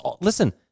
Listen